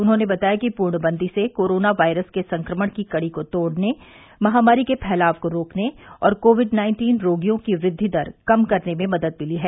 उन्होंने बताया कि पूर्णबंदी से कोरोना वायरस के संक्रमण की कड़ी को तोड़ने महामारी के फैलाव को रोकने और कोविड नाइन्टीन रोगियों की वृद्धि दर कम करने में मदद मिली है